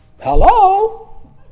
hello